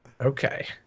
Okay